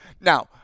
Now